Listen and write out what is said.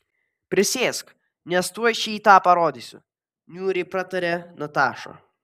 prisėsk nes tuoj šį tą parodysiu niūriai pratarė nataša